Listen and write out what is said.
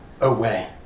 away